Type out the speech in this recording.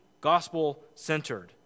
gospel-centered